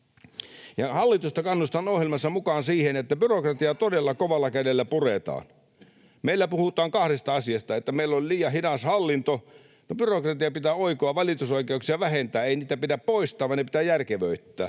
hallitusta kannustan ohjelmansa mukaan siihen, että byrokratiaa todella kovalla kädellä puretaan. Meillä puhutaan kahdesta asiasta: meillä on liian hidas hallinto, ja byrokratiaa pitää oikoa, valitusoikeuksia vähentää. Ei niitä pidä poistaa, vaan ne pitää järkevöittää.